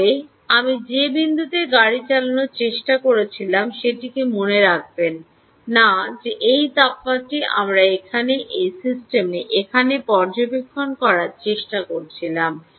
তবে আমি যে বিন্দুতে গাড়ি চালানোর চেষ্টা করছিলাম সেটিকে মনে রাখবেন না যে এই তাপমাত্রাটি আমরা এখানে এই সিস্টেমে এখানে পর্যবেক্ষণ করার চেষ্টা করছিলাম